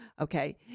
Okay